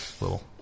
Little